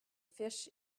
fish